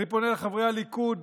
אני פונה לחברי הליכוד